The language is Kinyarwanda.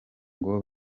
ngo